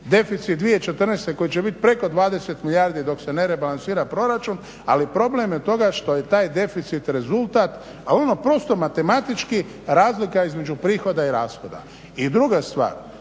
deficit 2014. koji će biti preko 20 milijardi dok se ne rebalansira proračun ali problem je toga što je taj deficit rezultat ali ono prosto matematički razlika između prihoda i rashoda. I druga stvar,